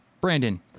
Brandon